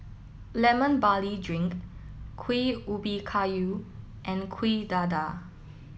Lemon Barley Drink Kuih Ubi Kayu and Kuih Dadar